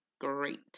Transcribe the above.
great